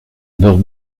dors